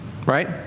Right